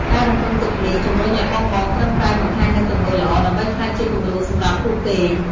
ការរំពឹងទុកនេះជំរុញឱ្យបងៗប្រឹងប្រែងបង្ហាញនូវទង្វើល្អ ដើម្បីក្លាយជាគំរូសម្រាប់ពួកគេ។